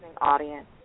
audience